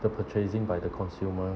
the purchasing by the consumer